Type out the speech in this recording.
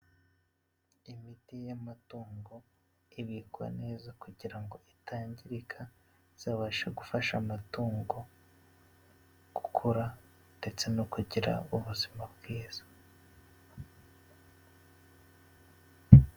Imiti y'amatungo ibikwa neza kugira ngo itangirika, zabasha gufasha amatungo gukura ndetse no kugira ubuzima bwiza.